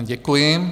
Děkuji.